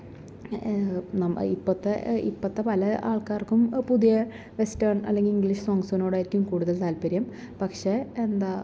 ഇപ്പം നം ഇപ്പത്തെ ഇപ്പത്തെ പല ആൾക്കാർക്കും പൊതുവേ വെസ്റ്റേൺ അല്ലെങ്കിൽ ഇംഗ്ലീഷ് സോങ്ങ്സ്സിനോടായിരിക്കും കൂടുതൽ താൽപ്പര്യം പക്ഷെ എന്താ